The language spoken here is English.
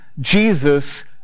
Jesus